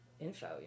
info